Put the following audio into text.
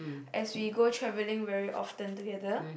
as we go travelling very often together